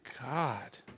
God